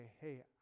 hey